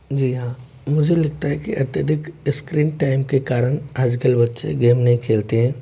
जी हाँ मुझे लगता है कि अत्यधिक स्क्रीन टाइम के कारण आजकल बच्चे गेम नहीं खेलते हैं